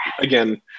again